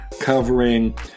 covering